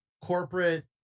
corporate